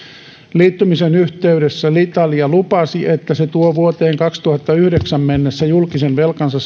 liittymisen yhteydessä italia lupasi että se tuo vuoteen kaksituhattayhdeksän mennessä julkisen velkansa